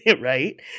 right